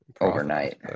overnight